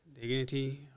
dignity